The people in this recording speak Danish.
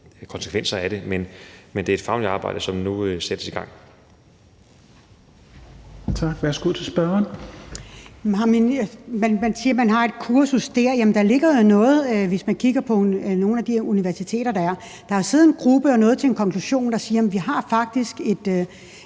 konsekvenser af det. Men det er et fagligt arbejde, som nu sættes i gang.